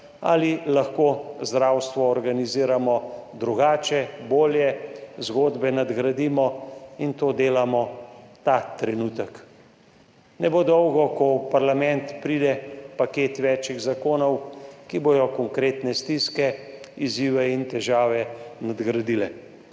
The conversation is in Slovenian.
ali lahko zdravstvo organiziramo drugače, bolje, zgodbe nadgradimo, in to delamo ta trenutek. Ne bo dolgo, ko bo v parlament prišel paket več zakonov, ki bodo nadgradili konkretne stiske, izzive in težave. Treba se